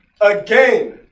Again